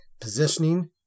Positioning